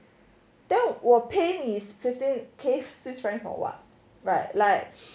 then 我 pay 你 fifteen K swiss franc for what right like